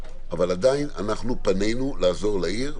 אבל עדיין פנינו לעזור לעיר,